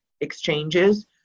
exchanges